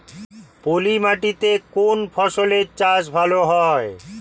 পলি মাটিতে কোন ফসলের চাষ ভালো হয়?